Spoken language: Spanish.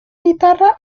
guitarra